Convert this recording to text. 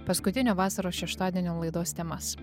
paskutinio vasaros šeštadienio laidos temas